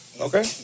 okay